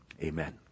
amen